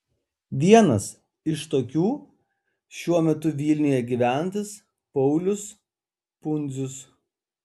vienas iš tokių šiuo metu vilniuje gyvenantis paulius pundzius